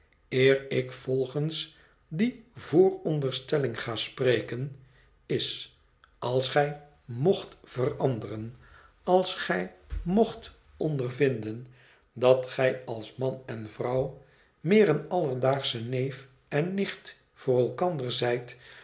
ik volgens die vooronderstelling ga spreken is als gij mocht veranderen als gij mocht ondervinden dat gij als man en vrouw meer een alledaagsche neef en nicht voor elkander zijt